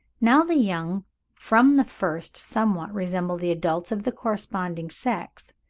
now the young from the first somewhat resemble the adults of the corresponding sex,